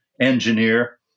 engineer